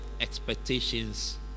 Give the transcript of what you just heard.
expectations